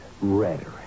Rhetoric